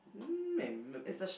um may a bit